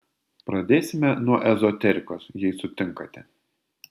pradėsime nuo ezoterikos jei sutinkate